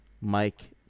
Mike